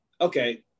okay